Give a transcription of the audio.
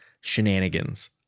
shenanigans